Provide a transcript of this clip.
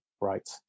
right